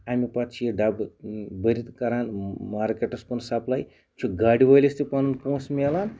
امہِ پَتہٕ چھِ یہِ ڈبہٕ بٔرِتھ کَران ماکٮ۪ٹَس کُن سَپلاے چھُ گاڈِ وٲلِس تہٕ پَنُن پونٛسہٕ مِلان